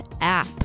app